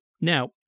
Now